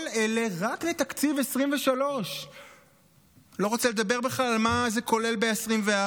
כל אלה רק לתקציב 2023. אני לא רוצה לדבר בכלל על מה זה כולל ב-2024.